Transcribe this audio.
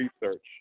research